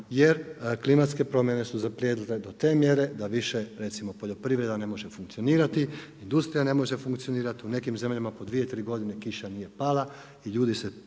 jer klimatske promjene su zaprijetile do te mjere da više recimo poljoprivreda ne može funkcionirati, industrija ne može funkcionirati, u nekim zemljama po dvije, tri godine, kiša nije pala, i ljudi se